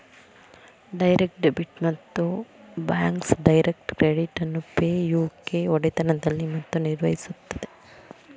direct debit ಮತ್ತು Bacs direct credit ಅನ್ನು Pay U K ಒಡೆತನದಲ್ಲಿದೆ ಮತ್ತು ನಿರ್ವಹಿಸುತ್ತದೆ